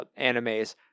animes